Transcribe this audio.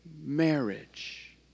Marriage